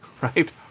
right